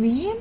v i છે